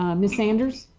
um miss sanders.